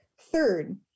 Third